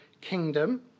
kingdom